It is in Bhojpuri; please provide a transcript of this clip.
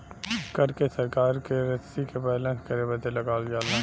कर के सरकार की रशी के बैलेन्स करे बदे लगावल जाला